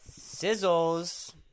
Sizzles